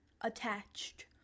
attached